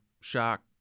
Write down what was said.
shock